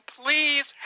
please